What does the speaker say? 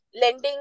lending